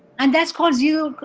and that's cause you,